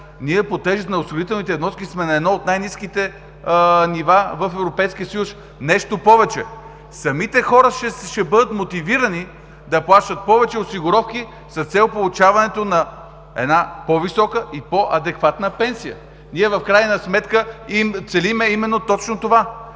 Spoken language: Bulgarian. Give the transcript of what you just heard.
Ние по тежест на осигурителните вноски сме на едно от най ниските нива в Европейския съюз. Нещо повече – самите хора ще бъдат мотивирани да плащат повече осигуровки с цел получаването на една по-висока и по-адекватна пенсия. Ние в крайна сметка целим точно това.